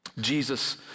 Jesus